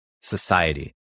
Society